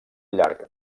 llarg